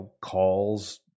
calls